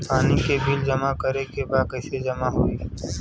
पानी के बिल जमा करे के बा कैसे जमा होई?